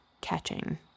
catching